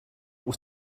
wyt